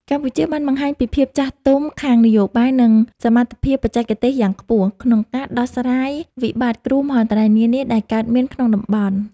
កម្ពុជាបានបង្ហាញពីភាពចាស់ទុំខាងនយោបាយ និងសមត្ថភាពបច្ចេកទេសយ៉ាងខ្ពស់ ក្នុងការដោះស្រាយវិបត្តិគ្រោះមហន្តរាយនានាដែលកើតមានក្នុងតំបន់។